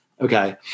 okay